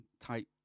type